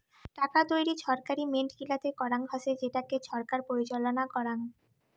টাকা তৈরী ছরকারি মিন্ট গুলাতে করাঙ হসে যেটাকে ছরকার পরিচালনা করাং